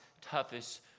toughest